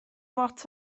lot